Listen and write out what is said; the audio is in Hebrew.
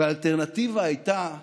והאלטרנטיבה הייתה